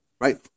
right